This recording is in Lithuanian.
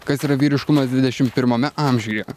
kas yra vyriškumas dvidešimt pirmame amžiuje